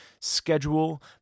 schedule